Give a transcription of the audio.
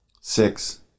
Six